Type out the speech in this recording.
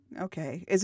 okay